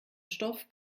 stoff